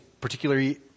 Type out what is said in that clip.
particularly